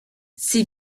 ses